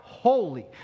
Holy